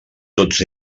tots